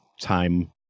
time